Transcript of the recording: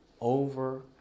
over